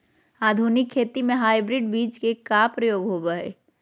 आधुनिक खेती में हाइब्रिड बीज के प्रयोग होबो हइ